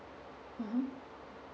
mmhmm